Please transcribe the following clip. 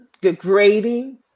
degrading